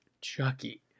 Chucky